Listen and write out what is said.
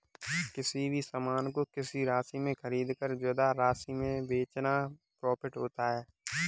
किसी भी सामान को किसी राशि में खरीदकर ज्यादा राशि में बेचना प्रॉफिट होता है